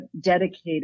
dedicated